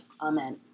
Amen